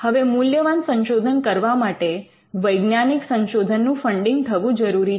હવે મૂલ્યવાન સંશોધન કરવા માટે વૈજ્ઞાનિક સંશોધન નું ફંડીંગ થવું જરૂરી છે